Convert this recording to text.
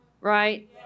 Right